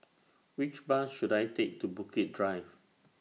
Which Bus should I Take to Bukit Drive